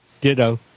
Ditto